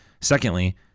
Secondly